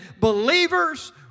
believers